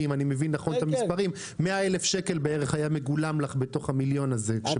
בערך 100,000 שקל היה מגולמים לך בתוך המיליון הזה.